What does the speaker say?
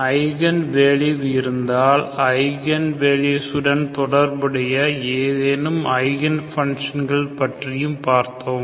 eigen values இருந்தால் icon values உடன் தொடர்புடைய ஏதேனும் ஐகன் ஃபங்ஷன் பற்றியும் பார்த்தோம்